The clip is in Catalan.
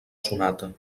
sonata